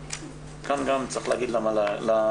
כאן גם צריך להגיד לממ"מ,